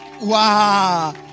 Wow